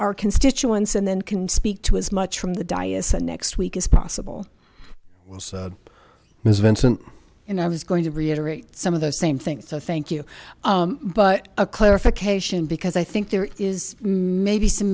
our constituents and then can speak to as much from the dyess and next week as possible miss vincent and i was going to reiterate some of those same things so thank you but a clarification because i think there is maybe some